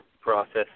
process